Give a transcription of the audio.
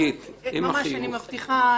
חגית, בבקשה.